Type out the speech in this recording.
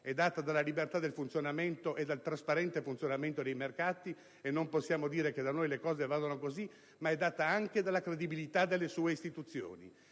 è data dalla libertà e dal trasparente funzionamento dei mercati (e non possiamo dire che da noi le cose vadano così), ma anche dalla credibilità delle sue istituzioni.